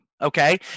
Okay